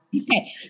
Okay